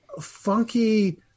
funky